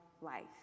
life